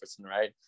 right